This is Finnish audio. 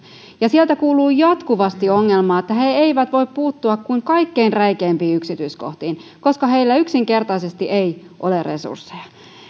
ja sieltä kuuluu jatkuvasti ongelmaa että he eivät voi puuttua kuin kaikkein räikeimpiin yksityiskohtiin koska heillä yksinkertaisesti ei ole resursseja